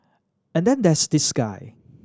and then there's this guy